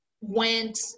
went